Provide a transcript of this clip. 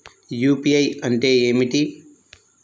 UPI అంటే ఏమిటి?